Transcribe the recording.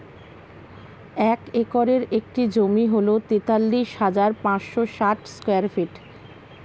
এক একরের একটি জমি হল তেতাল্লিশ হাজার পাঁচশ ষাট স্কয়ার ফিট